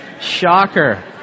Shocker